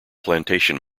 plantation